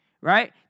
right